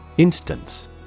Instance